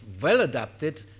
well-adapted